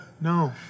No